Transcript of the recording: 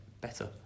better